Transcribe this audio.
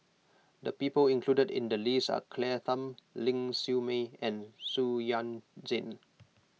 the people included in the list are Claire Tham Ling Siew May and Xu Yuan Zhen